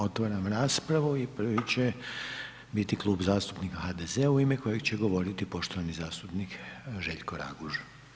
Otvaram raspravu i prvi će biti Klub zastupnika HDZ-a u ime kojeg će govoriti poštovani zastupnik Željko Raguž.